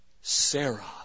Sarah